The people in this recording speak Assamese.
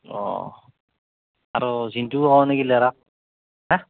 অ আৰু জিন্তু হা